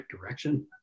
direction